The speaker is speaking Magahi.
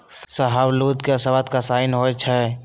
शाहबलूत के सवाद कसाइन्न होइ छइ